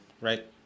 right